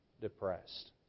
depressed